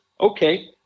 Okay